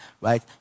right